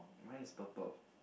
mine is purple